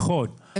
נכון,